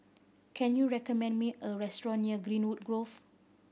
can you recommend me a restaurant near Greenwood Grove